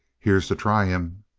here's to try him.